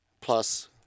Plus